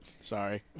Sorry